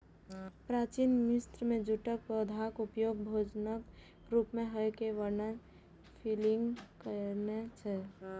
प्राचीन मिस्र मे जूटक पौधाक उपयोग भोजनक रूप मे होइ के वर्णन प्लिनी कयने छै